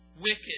wicked